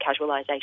casualisation